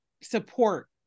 support